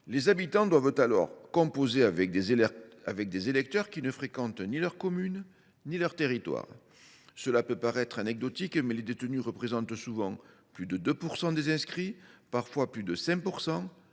Les habitants doivent alors composer avec des électeurs qui ne fréquentent ni leur commune ni leur territoire. Cela peut paraître anecdotique, mais les détenus représentent souvent plus de 2 % des inscrits, parfois plus de 5